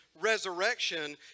resurrection